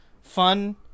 fun